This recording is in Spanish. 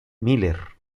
miller